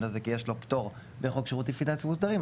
הזה כי יש לו פטור דרך חוק שירותי פיננסים מוסדרים,